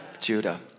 Judah